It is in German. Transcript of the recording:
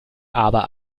aber